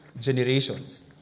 generations